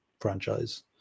franchise